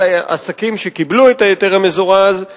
על אותם עסקים שקיבלו את ההיתר המזורז.